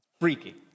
Freaky